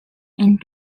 end